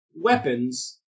weapons